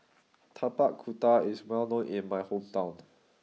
Tapak Kuda is well known in my hometown